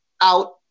out